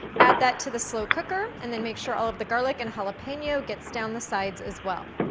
add that to the slow cooker and then make sure all of the garlic and jalapeno gets down the sides as well.